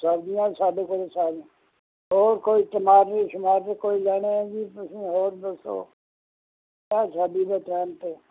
ਸਬਜ਼ੀਆਂ ਸਾਡੇ ਕੋਲ ਸਾਰੀਆਂ ਹੋਰ ਕੋਈ ਟਮਾਟਰ ਸ਼ਮਾਟਰ ਕੋਈ ਲੈਣੇ ਹੈ ਜੀ ਤੁਸੀਂ ਹੋਰ ਦੱਸੋ ਸਾਡੀ ਦੁਕਾਨ 'ਤੇ